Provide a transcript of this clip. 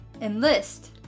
Enlist